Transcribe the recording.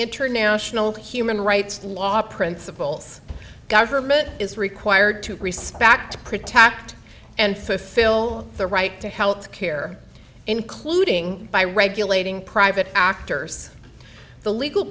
international human rights law principles government is required to respect to protect and fulfill the right to health care including by regulating private actors the legal